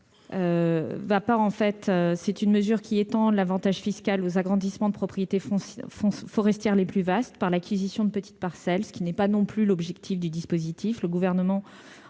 rectifié vise à étendre l'avantage fiscal aux agrandissements des propriétés forestières les plus vastes, par l'acquisition de petites parcelles, ce qui n'est pas l'objectif du dispositif.